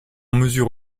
mesure